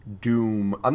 Doom